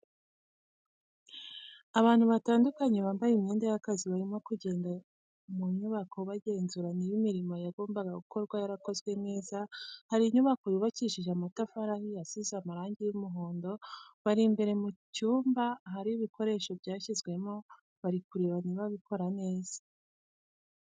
Abantu batandukanye bambaye imyenda y'akazi barimo kugenda mu nyubako bagenzura niba imirimo yagombaga gukorwa yarakozwe neza, hari inyubako yubakishije amatafari ahiye isize amarangi y'umuhondo, bari imbere mu cyumba ahari ibikoresho byashyizwemo bari kureba niba bikora neza.